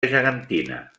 gegantina